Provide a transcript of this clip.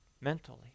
mentally